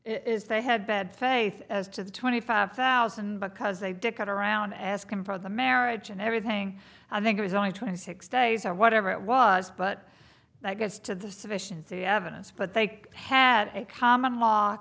is they had bad faith as to the twenty five thousand because they dick around asking for the marriage and everything i think it was only twenty six days or whatever it was but that gets to the sufficiency evidence but they had a common law